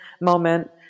moment